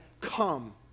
come